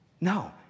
No